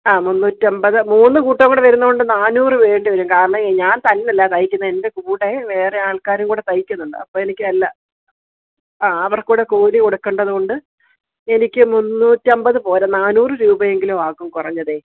ആ മുന്നൂറ്റമ്പത് മൂന്ന് കൂട്ടം കൂടി വരുന്നതുകൊണ്ട് നാനൂറ് വേണ്ടിവരും കാരണം ഞാൻ തന്നെ അല്ല തയ്ക്കുന്നത് എൻറെ കൂടെ വേറെ ആൾക്കാരും കൂടെ തയ്ക്കുന്നുണ്ട് അപ്പം എനിക്ക് അല്ല ആ അവർക്ക് കൂടെ കൂലി കൊടുക്കേണ്ടതുകൊണ്ട് എനിക്ക് മുന്നൂറ്റമ്പത് പോര നാനൂറ് രൂപയെങ്കിലും ആകും കുറഞ്ഞതേ